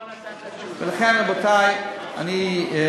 עשר שנים לא, לכן, רבותי, אני רוצה,